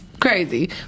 crazy